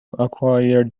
acquire